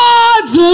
God's